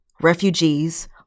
Refugees